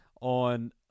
on